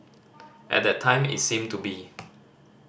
at that time it seemed to be